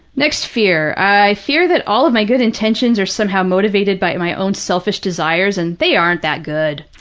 next fear, i fear that all of my good intentions are somehow motivated by my own selfish desires, and they aren't that good.